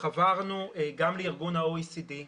חברנו גם לארגון ה-OECD,